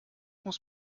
muss